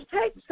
take